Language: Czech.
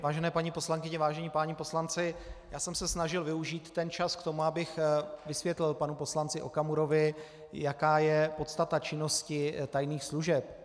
Vážené paní poslankyně, vážení páni poslanci, snažil jsem se využít čas k tomu, abych vysvětlil panu poslanci Okamurovi, jaká je podstata činnosti tajných služeb.